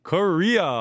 Korea